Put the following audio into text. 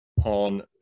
on